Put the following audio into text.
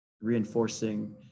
reinforcing